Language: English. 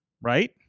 Right